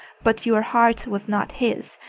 but your heart was not his,